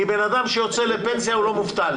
כי בן אדם שיוצא לפנסיה הוא לא מובטל,